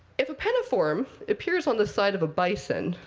if a penniform appears on the side of a bison,